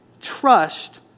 trust